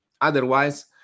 Otherwise